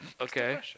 Okay